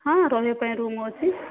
ହଁ ରହିବା ପାଇଁ ରୁମ ଅଛି